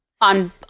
On